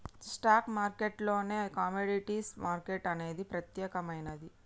stock మార్కెట్టులోనే commodities market అనేది ప్రత్యేకమైనది